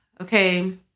Okay